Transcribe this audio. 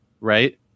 right